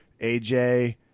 aj